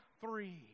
three